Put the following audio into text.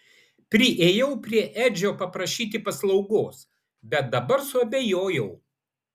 priėjau prie edžio paprašyti paslaugos bet dabar suabejojau